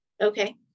Okay